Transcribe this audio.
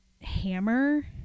hammer